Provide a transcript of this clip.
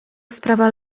sprawa